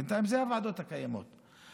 בינתיים אלה הוועדות הקיימות.